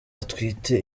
atwite